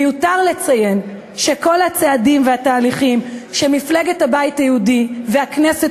מיותר לציין שכל הצעדים והתהליכים שמפלגת הבית היהודי והכנסת